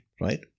right